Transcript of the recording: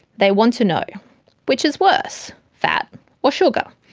they want to know which is worse fat or sugar?